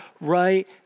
right